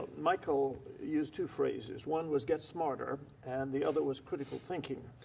michael used two phrases. one was get smarter and the other was critical thinking.